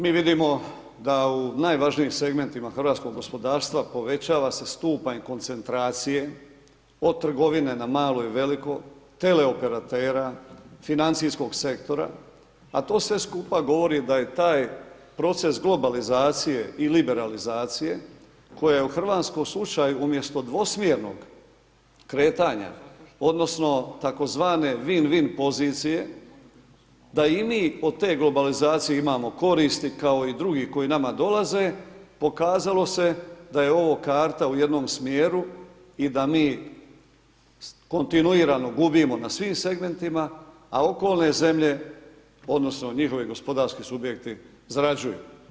Mi vidimo da u najvažnijim segmentima hrvatskog gospodarstva povećava se stupanj koncentracije od trgovine na malo i veliko, teleoperatera, financijskog sektora a to sve skupa govori da je taj proces globalizacije i liberalizacije koja je u hrvatskom slučaju umjesto dvosmjernog kretanja odnosno tzv. win win pozicije da i mi od te globalizacije imamo koristi kao i drugi koji nama dolaze, pokazalo se da je ovo karta u jednom smjeru i da mi kontinuiramo gubimo na svim segmentima, a okolne zemlje odnosno njihovi gospodarski subjekti zarađuju.